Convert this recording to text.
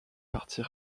partie